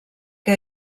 que